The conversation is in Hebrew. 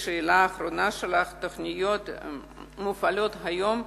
לשאלה האחרונה שלך, תוכניות המופעלות היום: